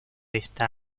está